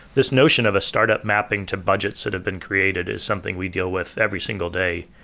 this notion of a startup mapping to budgets that have been created is something we deal with every single day.